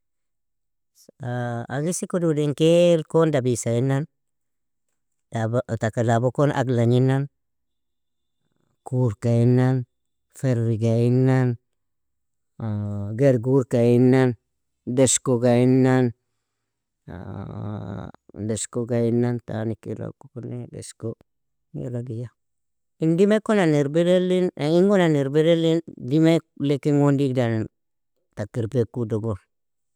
agisi kuduudin kail kon dabisa innan, da taka jabo kon aglagn inan, kuurka innan, farriga innan, gerguurka innan, deshkoga innan, deshkoga innan, tani kira goni deshko yala diya in dime kon an irbirilin ingon an irbirilin dime leken gon digdan taka irbeakudogo.